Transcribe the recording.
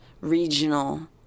regional